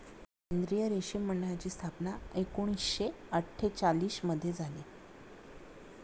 केंद्रीय रेशीम मंडळाची स्थापना एकूणशे अट्ठेचालिश मध्ये झाली